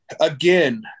Again